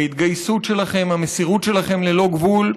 ההתגייסות שלכם, המסירות שלכם ללא גבול,